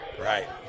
Right